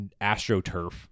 astroturf